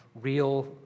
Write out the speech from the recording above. real